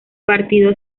partido